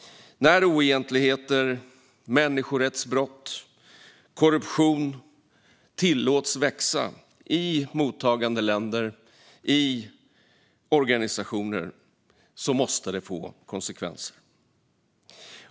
När oegentligheter, människorättsbrott och korruption tillåts växa i mottagande länder och organisationer måste det få konsekvenser.